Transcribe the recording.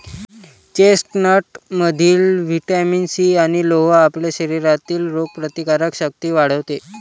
चेस्टनटमधील vitamin C आणि लोह आपल्या शरीरातील रोगप्रतिकारक शक्ती वाढवते